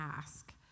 ask